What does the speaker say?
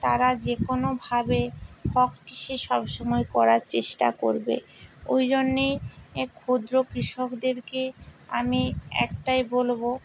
তারা যে কোনোভাবে ফকটিসে সব সময় করার চেষ্টা করবে ওই জন্যেই এক ক্ষুদ্র কৃষকদেরকে আমি একটাই বলবো